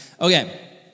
Okay